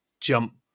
jump